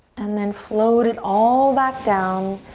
and then float it all back down.